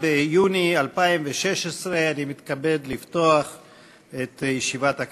ביוני 2016. אני מתכבד לפתוח את ישיבת הכנסת.